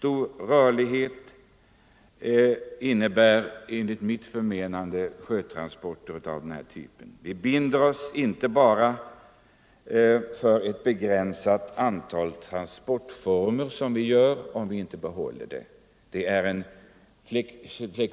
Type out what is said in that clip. här slaget innebär enligt mitt förmenande billiga transporter och stor rörlighet. Vi binder oss alltså inte bara för ett begränsat antal transportformer, om vi inte behåller detta tonnage, utan det uppstår också andra nackdelar.